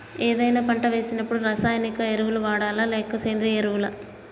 ఏదైనా పంట వేసినప్పుడు రసాయనిక ఎరువులు వాడాలా? లేక సేంద్రీయ ఎరవులా?